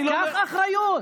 קח אחריות.